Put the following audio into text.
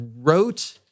wrote